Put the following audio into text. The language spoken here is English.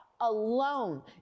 alone